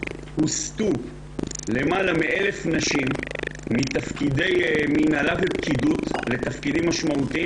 הוסטו יותר מ-1,000 נשים מתפקידי מנהלה ופקידות לתפקידים משמעותיים